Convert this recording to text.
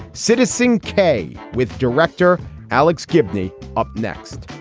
seducing k with director alex gibney up next,